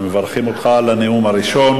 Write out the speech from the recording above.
אנחנו מברכים אותך על הנאום הראשון.